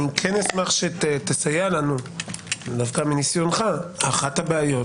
אני אשמח שתסייע לנו מניסיונך: אחת הבעיות